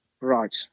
Right